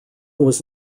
was